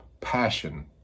passion